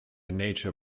nature